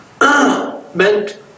meant